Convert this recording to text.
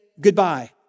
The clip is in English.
goodbye